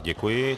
Děkuji.